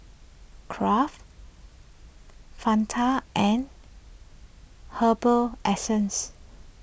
Kraft Fanta and Herbal Essences